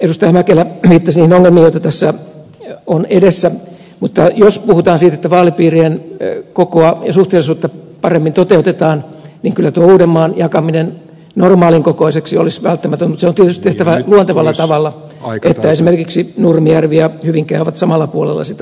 edustaja mäkelä viittasi niihin ongelmiin joita tässä on edessä mutta jos puhutaan siitä että vaalipiirien kokoa ja suhteellisuutta paremmin toteutetaan niin kyllä tuo uudenmaan jakaminen normaalin kokoiseksi olisi välttämätöntä mutta se on tietysti tehtävä luontevalla tavalla niin että esimerkiksi nurmijärvi ja hyvinkää ovat samalla puolella sitä rajaa